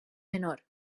menor